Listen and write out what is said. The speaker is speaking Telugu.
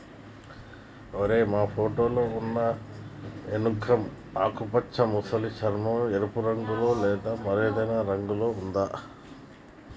ఓరై మా ఫోటోలో ఉన్నయి ఎనుక ఆకుపచ్చ మసలి చర్మం, ఎరుపు రంగులో లేదా మరేదైనా రంగులో ఉందా